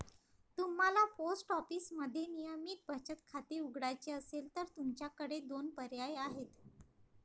तुम्हाला पोस्ट ऑफिसमध्ये नियमित बचत खाते उघडायचे असेल तर तुमच्याकडे दोन पर्याय आहेत